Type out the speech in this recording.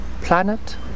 Planet